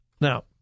Now